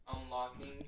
unlocking